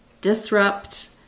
disrupt